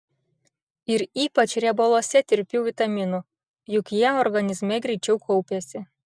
ir ypač riebaluose tirpių vitaminų juk jie organizme greičiau kaupiasi